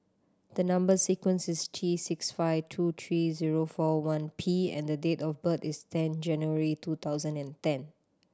the number sequence is T six five two three zero four one P and the date of birth is ten January two thousand and ten